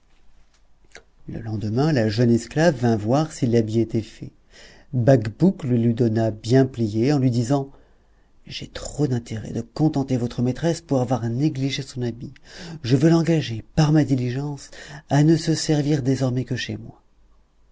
le lendemain la jeune esclave vint voir si l'habit était fait bacbouc le lui donna bien plié en lui disant j'ai trop d'intérêt de contenter votre maîtresse pour avoir négligé son habit je veux l'engager par ma diligence à ne se servir désormais que chez moi